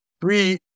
three